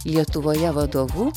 lietuvoje vadovu